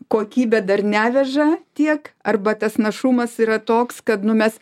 kokybė dar neveža tiek arba tas našumas yra toks kad nu mes